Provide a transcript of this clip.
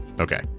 Okay